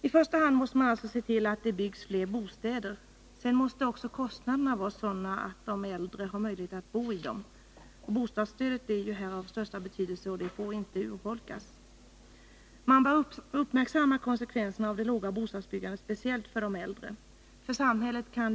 I första hand måste man alltså se till att det byggs fler bostäder. Sedan måste också kostnaderna vara sådana att de äldre har möjlighet att bo i dem. Bostadsstödet är här av största betydelse och får inte urholkas. Herr talman!